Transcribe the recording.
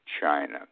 China